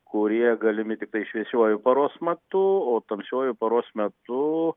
kurie galimi tiktai šviesiuoju paros matu o tamsiuoju paros metu